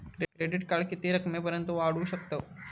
Credit card किती रकमेपर्यंत काढू शकतव?